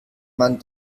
man